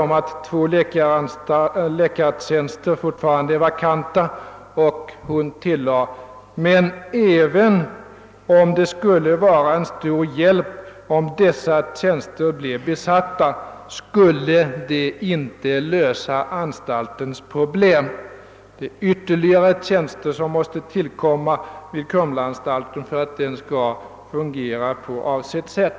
Hon sade då: »Två läkartjänster är fortfarande vakanta.» Och hon tillade: »Men även om det skulle vara en stor hjälp om dessa tjänster blev besatta, skulle det inte lösa anstaltens problem.» Ytterligare tjänster måste tillkomma vid Kumlaanstalten för att den skall kunna fungera på avsett sätt.